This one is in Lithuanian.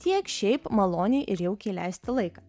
tiek šiaip maloniai ir jaukiai leisti laiką